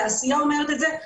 התעשייה אומרת את זה,